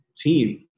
team